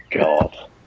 God